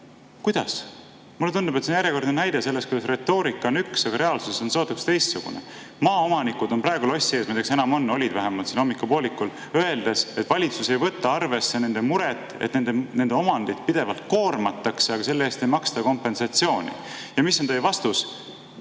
Kuidas? Mulle tundub, et see on järjekordne näide sellest, kuidas retoorika on üks, aga reaalsus on sootuks teistsugune. Maaomanikud on praegu lossi ees – ma ei tea, kas enam on, aga olid vähemalt hommikupoolikul –, öeldes, et valitsus ei võta arvesse nende muret, et nende omandit pidevalt koormatakse, aga selle eest ei maksta kompensatsiooni. Ja mis on teie vastus: